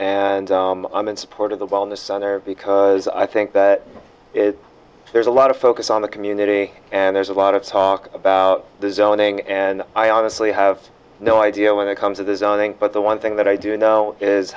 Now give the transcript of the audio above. and i'm in support of the wellness center because i think that there's a lot of focus on the community and there's a lot of talk about zoning and i honestly have no idea when it comes to designing but the one thing that i do know is